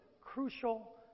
crucial